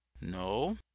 no